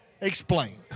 Explain